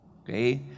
okay